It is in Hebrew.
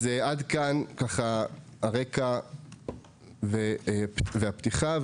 עד כאן הרקע והפתיחה.